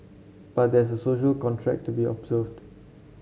but there's a social contract to be observed